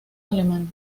alemanes